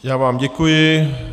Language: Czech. Já vám děkuji.